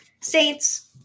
Saints